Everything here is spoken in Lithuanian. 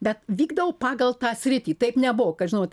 bet vykdau pagal tą sritį taip nebuvo kad žinot